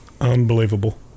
unbelievable